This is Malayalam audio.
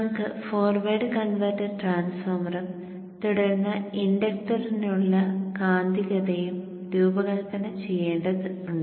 നമുക്ക് ഫോർവേഡ് കൺവെർട്ടർ ട്രാൻസ്ഫോർമറും തുടർന്ന് ഇൻഡക്റ്ററിനുള്ള കാന്തികതയും രൂപകല്പന ചെയ്യേണ്ടതുണ്ട്